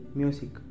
music